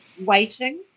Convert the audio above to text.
waiting